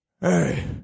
Hey